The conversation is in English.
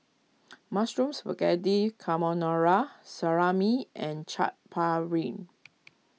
Mushroom Spaghetti Carbonara Salami and Chaat Papri